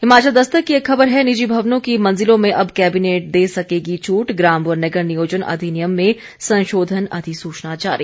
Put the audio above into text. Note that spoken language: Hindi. हिमाचल दस्तक की एक खबर है निजी भवनों की मंजिलों में अब कैबिनेट दे सकेगी छूट ग्राम व नगर नियोजन अधिनियम में संशोधन अधिसूचना जारी